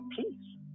please